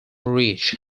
rich